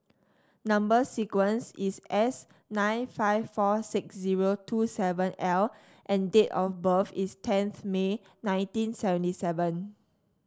number sequence is S nine five four six zero two seven L and date of birth is tenth May nineteen seventy seven